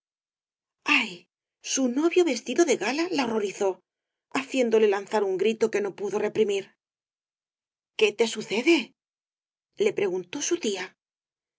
su novio vestido de gala la horrorizó haciéndole lanzar un grito que no pudo reprimir qué te sucede le preguntó su tía